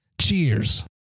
Cheers